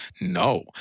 No